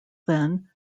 then